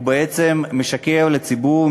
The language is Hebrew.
היא בעצם משקרת לציבור,